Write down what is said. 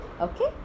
Okay